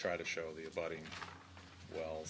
try to show the body well